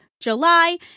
July